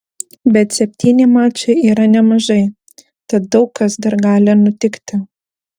bet septyni mačai yra nemažai tad daug kas dar gali nutikti